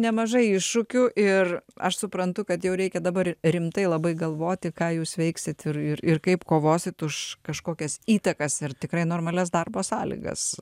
nemažai iššūkių ir aš suprantu kad jau reikia dabar rimtai labai galvoti ką jūs veiksit ir ir ir kaip kovosit už kažkokias įtakas ir tikrai normalias darbo sąlygas